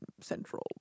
Central